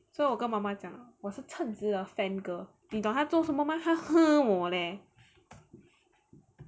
所以我跟妈妈讲我是称职的 fan girl 你懂他做什么 mah 他嗯我 leh